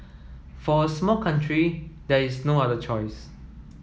for a small country there is no other choice